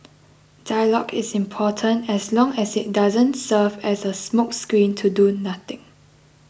dialogue is important as long as it doesn't serve as a smokescreen to do nothing